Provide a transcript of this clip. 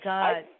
God